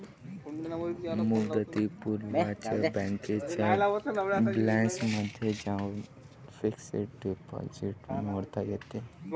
मुदतीपूर्वीच बँकेच्या बॅलन्समध्ये जाऊन फिक्स्ड डिपॉझिट मोडता येते